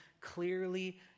clearly